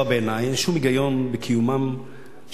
אין שום היגיון בקיומם של שני חצאים,